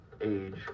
age